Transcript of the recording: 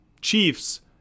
Chiefs